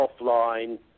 offline